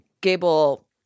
Gable